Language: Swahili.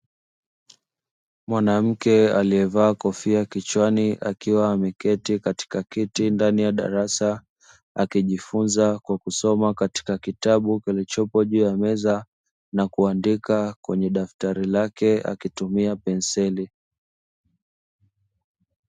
Mwanamke aliyevaa kofia kichwani akiwa ameketi katika kiti ndani ya darasa, akijifunza kwa kusoma katika kitabu lilichopo juu ya meza na kuandika kwenye daftari lake akitumia penseli.